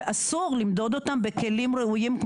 ואסור למדוד אותם בכלים ראויים,